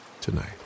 tonight